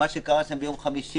מה שקרה שם ביום חמישי,